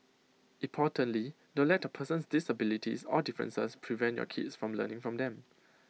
importantly don't let A person's disabilities or differences prevent your kids from learning from them